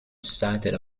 excited